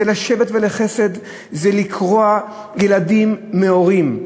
זה לשבט ולחסד, זה לקרוע ילדים מהורים.